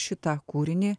šitą kūrinį